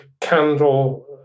candle